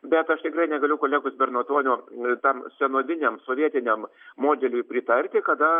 bet aš tikrai negaliu kolegos bernatonio tam senoviniam sovietiniam modeliui pritarti kada